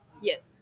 Yes